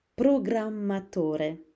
Programmatore